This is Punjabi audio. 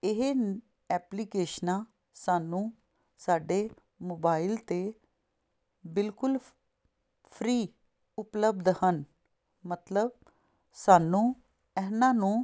ਇਹ ਐਪਲੀਕੇਸ਼ਨਾਂ ਸਾਨੂੰ ਸਾਡੇ ਮੋਬਾਈਲ 'ਤੇ ਬਿਲਕੁਲ ਫਰੀ ਉਪਲਬਧ ਹਨ ਮਤਲਬ ਸਾਨੂੰ ਇਹਨਾਂ ਨੂੰ